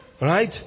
Right